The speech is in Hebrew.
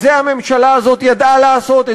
את זה הממשלה הזאת ידעה לעשות,